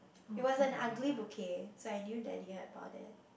it was an ugly bouquet so I knew that he had bought it